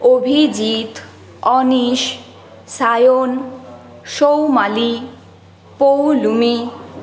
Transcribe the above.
Abhijit Anish Sayan Soumali Poulami